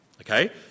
Okay